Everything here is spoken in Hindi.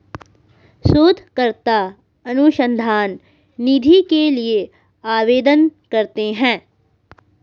शोधकर्ता अनुसंधान निधि के लिए आवेदन करते हैं